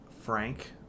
Frank